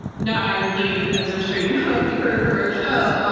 no, i agree. as i'm sure you know if you've heard from our show,